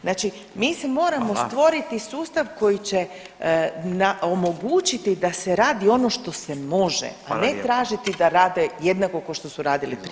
Znači mi si moramo stvoriti sustav koji će omogućiti da se radi ono što se može, a ne tražiti da rade jednako kao što su radili prije.